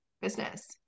business